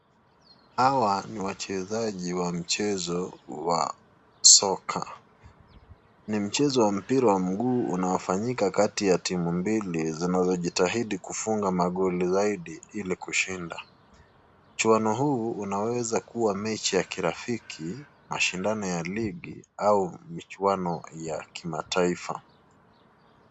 Hawa ni wachezaji wa mchezo wa soka ni mchezo wa mpira wa mguu unaofanyika kati ya timu mbili zinazojitahidi kufunga magoli zaidi ili kushinda. Mchuaono huu unaweza kuwa mechi ya kirafiki mashindano ya ligi au michuaono ya kitaifa.